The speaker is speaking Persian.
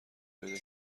پیدا